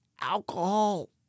alcohol